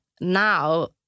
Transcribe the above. now